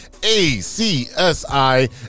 ACSI